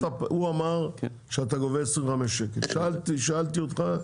הוא אמר שאתה גובה 25 שקל, שאלתי אותך,